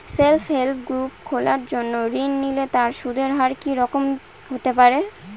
Self help group খোলার জন্য ঋণ নিলে তার সুদের হার কি রকম হতে পারে?